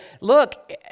look